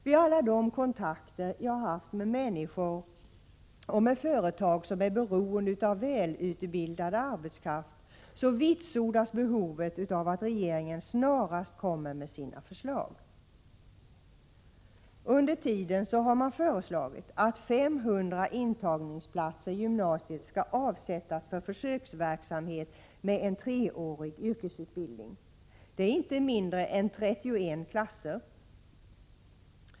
Vid alla de kontakter jag har haft med människor och företag som är beroende av välutbildad arbetskraft har behovet av att regeringen snarast kommer med sina förslag vitsordats. Under tiden har man föreslagit att 500 platser i gymnasiet skall avsättas för försöksverksamhet med en treårig yrkesutbildning. Det är inte mindre än 31 klasser.